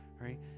right